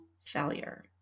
failure